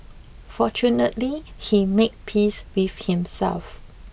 fortunately he made peace with himself